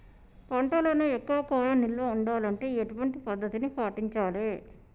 పంటలను ఎక్కువ కాలం నిల్వ ఉండాలంటే ఎటువంటి పద్ధతిని పాటించాలే?